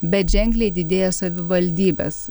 bet ženkliai didėja savivaldybės